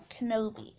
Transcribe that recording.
Kenobi